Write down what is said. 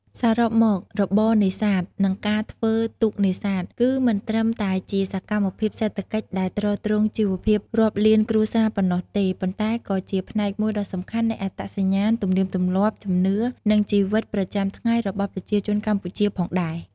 សរុបមក របរនេសាទ និងការធ្វើទូកនេសាទ គឺមិនត្រឹមតែជាសកម្មភាពសេដ្ឋកិច្ចដែលទ្រទ្រង់ជីវភាពរាប់លានគ្រួសារប៉ុណ្ណោះទេ ប៉ុន្តែក៏ជាផ្នែកមួយដ៏សំខាន់នៃអត្តសញ្ញាណ ទំនៀមទម្លាប់ ជំនឿ និងជីវិតប្រចាំថ្ងៃរបស់ប្រជាជនកម្ពុជាផងដែរ។